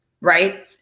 right